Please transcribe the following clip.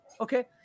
Okay